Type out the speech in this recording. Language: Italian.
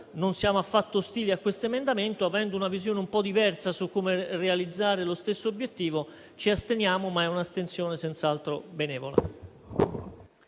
Non siamo affatto ostili a questo emendamento. Avendo una visione un po' diversa su come realizzare lo stesso obiettivo, ci asteniamo, ma è un'astensione senz'altro benevola.